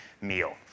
meal